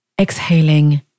Exhaling